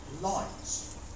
lights